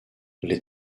les